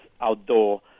outdoor